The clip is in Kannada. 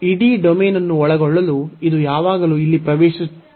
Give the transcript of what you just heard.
ಇಡೀ ಡೊಮೇನ್ ಅನ್ನು ಒಳಗೊಳ್ಳಲು ಇದು ಯಾವಾಗಲೂ ಇಲ್ಲಿ ಪ್ರವೇಶಿಸುತ್ತಿದೆ